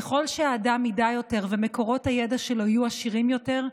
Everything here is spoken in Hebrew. ככל שהאדם ידע יותר ומקורות הידע שלו יהיו עשירים יותר,